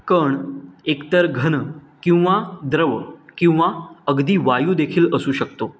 कण एकतर घन किंवा द्रव किंवा अगदी वायूदेखील असू शकतो